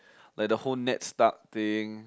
like the whole ned stark thing